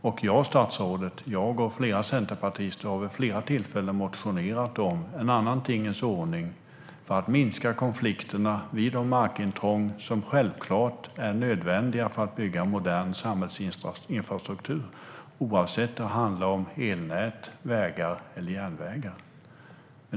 Och jo, statsrådet, jag och flera centerpartister har vid ett flertal tillfällen motionerat om en annan tingens ordning för att minska konflikterna vid de markintrång som självklart är nödvändiga för att bygga en modern samhällsinfrastruktur, oavsett om det handlar om elnät, vägar eller järnvägar.